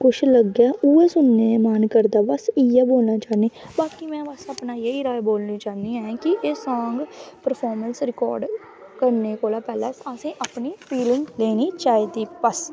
किश लग्गै ओह् सुनने गी मन करदा बस उ'ऐ गाना गाना चाह्न्नीं बाकी में बस अपना एही चाह्न्नी सांग परफार्म रिकार्ड करने कोला पैह्ले असें अपनी फीलिंग लैनी चाह्दी बस